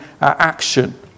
action